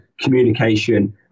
communication